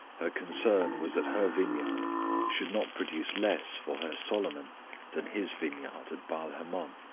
her concern was that her vineyard should not produce less for her solomon than his vineyard at baal-hamon